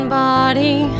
body